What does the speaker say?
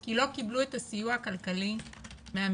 כי הם לא קיבלו סיוע כלכלי מהמדינה.